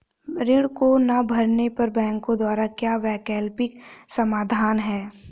ऋण को ना भरने पर बैंकों द्वारा क्या वैकल्पिक समाधान हैं?